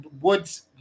Woods